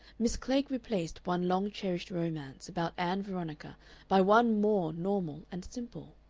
miss klegg replaced one long-cherished romance about ann veronica by one more normal and simple.